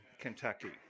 Kentucky